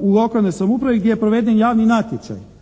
u lokalnoj samoupravi gdje je proveden javni natječaj.